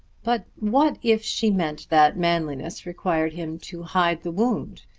but what if she meant that manliness required him to hide the wound?